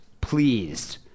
pleased